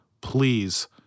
please